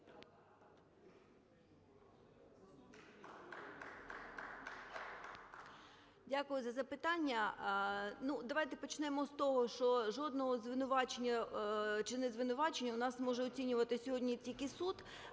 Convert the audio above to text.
Дякую за запитання.